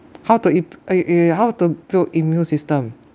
how to ip~ i~ i~ how to build immune system